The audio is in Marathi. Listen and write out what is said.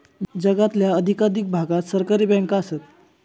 जगातल्या अधिकाधिक भागात सहकारी बँका आसत